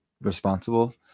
responsible